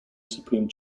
supreme